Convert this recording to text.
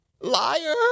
liar